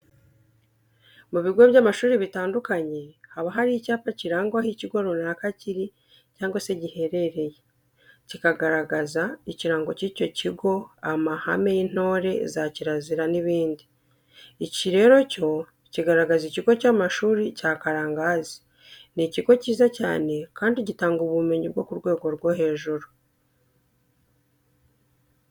Ku bigo by'amashuri bitandukanye haba hari icyapa kiranga aho ikigo runaka kiri cyangwa se giherereye, kikagaragaza ikirango cy'icyo kigo, amahame y'intore, za kirazira n'ibindi. Iki rero cyo kiragaragaza ikigo cy'amashuri cya Karangazi, ni ikigo cyiza cyane kandi gitanga ubumenyi bwo ku rwego rwo hejuru.